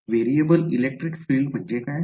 तर variable electric field म्हणजे काय